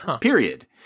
period